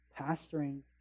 pastoring